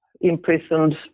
imprisoned